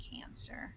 cancer